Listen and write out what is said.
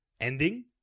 ending